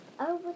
over